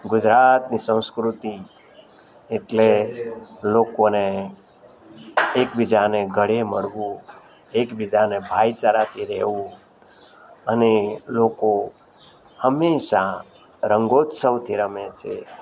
ગુજરાતની સંસ્કૃતિ એટલે લોકોને એક બીજાને ગળે મળવું એકબીજાને ભાઇચારાથી રહેવું અને લોકો હંમેશા રંગોત્સવથી રમે છે